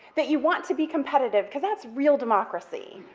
that you want to be competitive, cause that's real democracy,